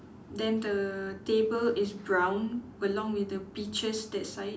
then the table is brown along with the peaches that side